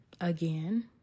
again